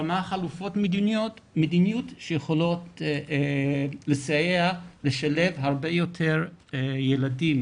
כמה חלופות מדיניות שיכולות לסייע לשלב הרבה יותר ילדים